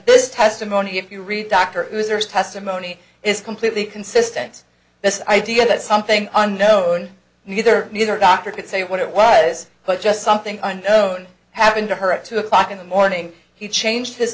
this testimony if you read dr is there is testimony is completely consistent this idea that something unknown neither you nor doctor could say what it was but just something undertone happened to her at two o'clock in the morning he changed his